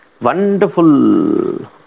wonderful